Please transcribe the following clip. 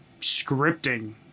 scripting